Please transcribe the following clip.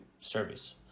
service